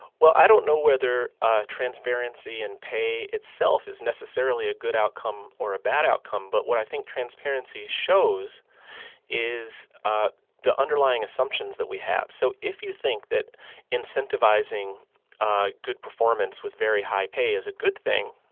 well, i don't know whether ah transparency in pay itself is necessarily a good outcome or a bad outcome. but what i think transparency shows is ah the underlying assumptions that we have. so if you think that incentivizing ah good performance with very high pay is a good thing,